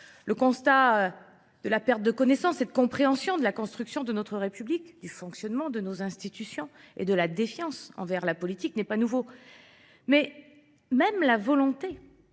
Le constat de la perte de connaissance, cette compréhension de la construction de notre République, du fonctionnement de nos institutions et de la défiance envers la politique n'est pas nouveau. Mais même la volonté